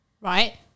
right